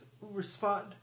respond